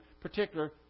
particular